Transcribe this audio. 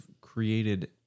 created